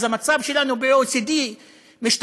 אז המצב שלנו ב-OECD משתפר,